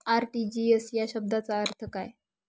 RTGS या शब्दाचा अर्थ काय?